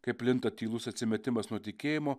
kaip plinta tylus atsimetimas nuo tikėjimo